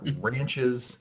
ranches